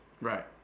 right